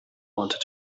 wanted